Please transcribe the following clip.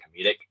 comedic